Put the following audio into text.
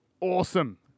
Awesome